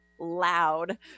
loud